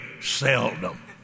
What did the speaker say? seldom